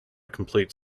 complete